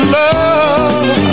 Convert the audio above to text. love